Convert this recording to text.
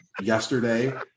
yesterday